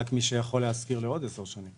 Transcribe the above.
רק מי שיכול להשכיר לעוד 10 שנים.